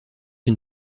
une